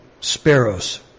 sparrows